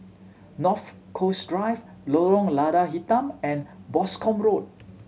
North Coast Drive Lorong Lada Hitam and Boscombe Road